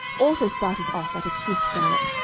also started off at a swift gallop,